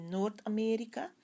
Noord-Amerika